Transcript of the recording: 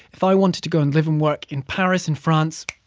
if i wanted to go and live and work in paris and france,